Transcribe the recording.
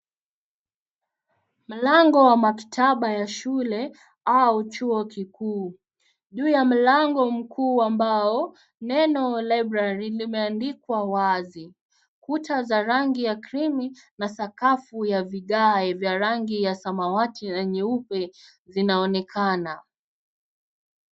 Mlango wa maktaba ya shule, au chuo kikuu. Juu ya mlango mkuu ambao, neno library limeandikwa wazi. Kuta za rangi ya krimi , na sakafu ya vigae vya rangi ya samawati na nyeupe, zinaonekana.